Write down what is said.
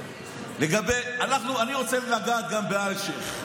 לגבי, אני רוצה לגעת גם באלשיך.